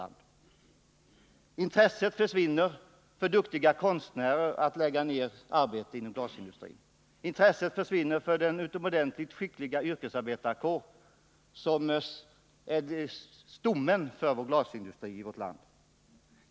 Våra duktiga konstnärer tappar då sitt intresse för att lägga ned arbete inom glasindustrin, och intresset försvinner inom den utomordentligt skickliga yrkesarbetande kåren, som utgör stommen för glasindustrin i vårt land.